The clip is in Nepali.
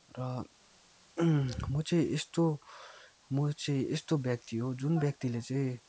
र म चाहिँ यस्तो म चाहिँ यस्तो व्यक्ति हो जुन व्यक्तिले चाहिँ